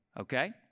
okay